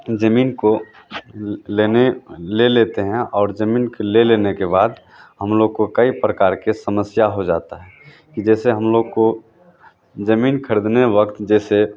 ज़मीन को लेने ले लेते हैं और ज़मीन को ले लेने के बाद हम लोग को कई प्रकार की समस्या हो जाती है जैसे हम लोग को ज़मीन ख़रीदने वक़्त जैसे